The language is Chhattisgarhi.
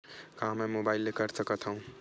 का मै मोबाइल ले कर सकत हव?